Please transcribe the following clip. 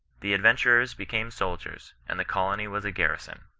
the adventurers became soldiers, and the colony was a garrison.